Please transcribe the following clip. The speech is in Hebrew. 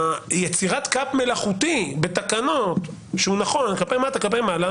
יצירת קאפ מלאכותי בתקנות שהוא נכון כלפי מטה וכלפי מעלה,